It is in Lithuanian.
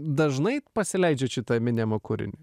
dažnai pasileidžiat šitą eminemo kūrinį